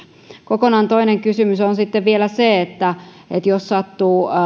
kokonaan toinen kysymys on sitten vielä se että jos sattuu